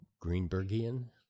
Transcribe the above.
Greenbergian